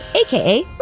aka